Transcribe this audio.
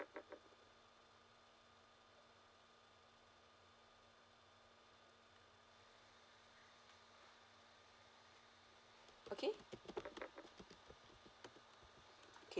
okay okay